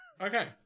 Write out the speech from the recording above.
Okay